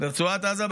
ברצועת עזה,